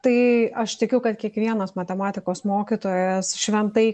tai aš tikiu kad kiekvienas matematikos mokytojas šventai